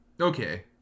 Okay